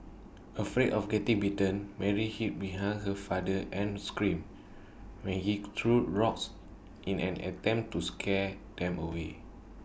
afraid of getting bitten Mary hid behind her father and screamed while he threw rocks in an attempt to scare them away